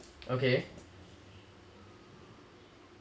okay